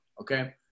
okay